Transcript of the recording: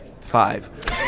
five